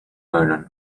vernon